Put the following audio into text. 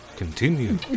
Continue